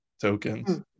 tokens